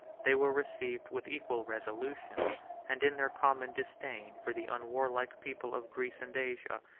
they were received with equal resolution and, in their common disdain for the unwarlike people of greece and asia,